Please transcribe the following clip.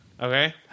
Okay